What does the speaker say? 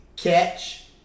Catch